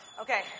Okay